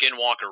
Skinwalker